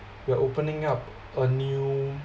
we are opening up a new